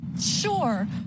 sure